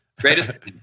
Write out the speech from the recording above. Greatest